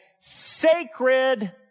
sacred